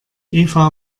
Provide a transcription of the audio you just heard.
eva